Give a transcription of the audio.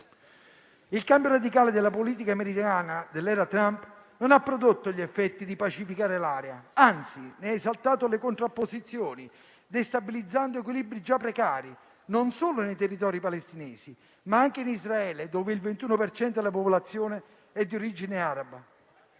Il cambio radicale della politica americana dell'era Trump non ha prodotto gli effetti di pacificare l'area, anzi, ne ha esaltato le contrapposizioni, destabilizzando equilibri già precari, non solo nei territori palestinesi, ma anche in Israele, dove il 21 per cento della popolazione è di origine araba.